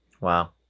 Wow